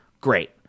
Great